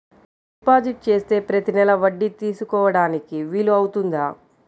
Deposit చేస్తే ప్రతి నెల వడ్డీ తీసుకోవడానికి వీలు అవుతుందా?